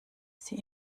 sie